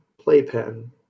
playpen